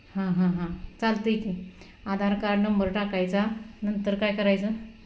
हां हां हां चालतं आहे की आधार कार्ड नंबर टाकायचा नंतर काय करायचं